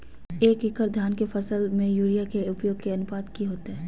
एक एकड़ धान के फसल में यूरिया के उपयोग के अनुपात की होतय?